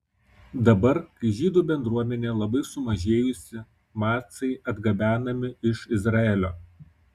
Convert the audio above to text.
dabar kai žydų bendruomenė labai sumažėjusi macai atgabenami iš izraelio